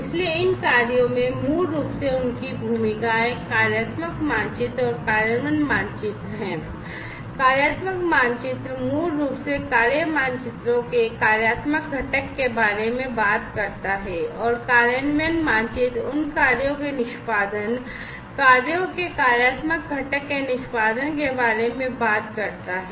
इसलिए इन कार्यों में मूल रूप से उनकी भूमिकाएं कार्यात्मक मानचित्र और कार्यान्वयन मानचित्र हैं कार्यात्मक मानचित्र मूल रूप से कार्य मानचित्रों के कार्यात्मक घटक के बारे में बात करता है और कार्यान्वयन मानचित्र उन कार्यों के निष्पादन कार्यों के कार्यात्मक घटक के निष्पादन के बारे में बात करता है